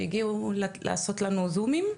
שהגיעו לעשות לנו שיחות זום.